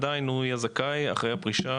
עדיין הוא יהיה זכאי אחרי הפרישה